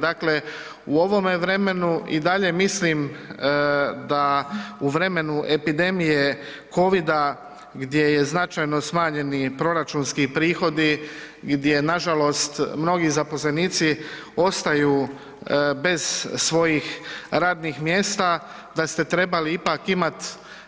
Dakle, u ovome vremenu i dalje mislim da u vremenu epidemije COVID-a gdje je značajno smanjeni proračunski prihodi, gdje nažalost mnogi zaposlenici ostaju bez svojih radnih mjesta, da ste trebali ipak imati